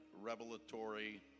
revelatory